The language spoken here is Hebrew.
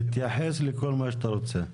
תתייחס לכל מה שאתה רוצה.